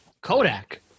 Kodak